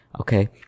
Okay